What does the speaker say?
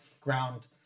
ground